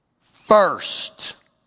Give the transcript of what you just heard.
first